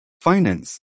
finance